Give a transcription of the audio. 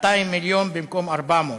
200 מיליון במקום 400,